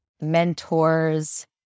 mentors